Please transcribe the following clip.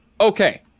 Okay